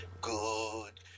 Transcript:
good